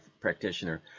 practitioner